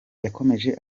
yakomeje